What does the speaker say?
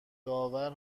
داور